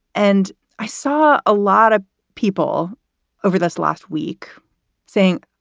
and i saw a lot of people over this last week saying